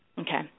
Okay